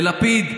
לפיד,